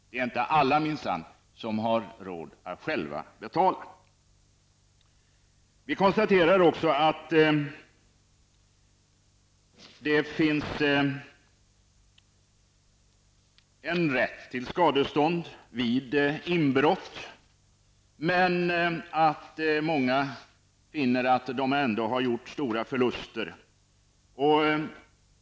Det är minsann inte alla som har råd att själva betala. Vi konstaterar också att det finns en rätt till skadestånd vid inbrott, men att många finner att de ändå har gjort stora förluster.